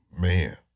man